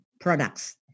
products